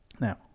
Now